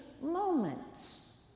moments